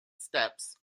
steps